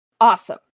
Awesome